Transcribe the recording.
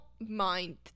mind